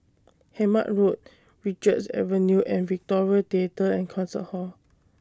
Hemmant Road Richards Avenue and Victoria Theatre and Concert Hall